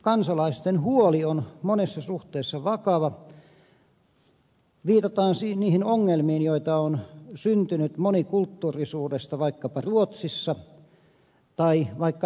kansalaisten huoli on monessa suhteessa vakava viitataan niihin ongelmiin joita on syntynyt monikulttuurisuudesta vaikkapa ruotsissa tai vaikka englannissa